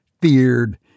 feared